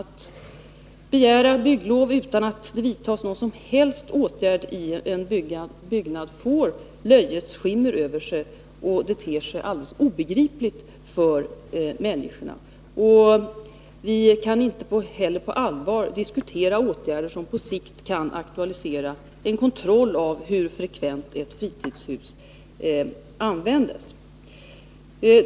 Att begära bygglov utan att det vidtas någon som helst åtgärd i en byggnad är något som får löjets skimmer över sig, och det ter sig alldeles obegripligt för människorna. Vi kan inte heller på allvar diskutera åtgärder som på sikt kan aktualisera en kontroll av hur frekvent ett fritidshus används.